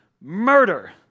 murder